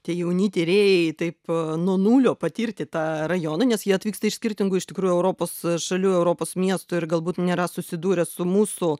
tie jauni tyrėjai taip nuo nulio patirti tą rajoną nes jie atvyksta iš skirtingų iš tikrųjų europos šalių europos miestų ir galbūt nėra susidūrę su mūsų